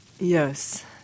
Yes